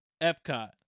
Epcot